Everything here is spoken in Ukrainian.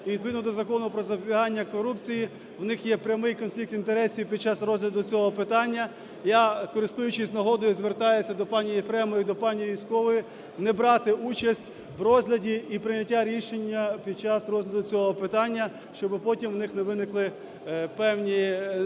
І відповідно до Закону "Про запобігання корупції" в них є прямий конфлікт інтересів під час розгляду цього питання. Я, користуючись нагодою, звертаюся до пані Єфремової, до пані Юзькової – не брати участь в розгляді і прийнятті рішення під час розгляду цього питання, щоби потім в них не виникли певні незручні